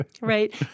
Right